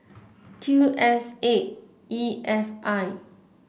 Q S eight E F I